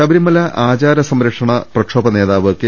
ശബരിമല ആചാര സംരക്ഷണ പ്രക്ഷോഭ് നേതാവ് കെ